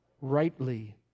rightly